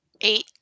eight